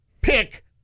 pick